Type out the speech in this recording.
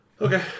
Okay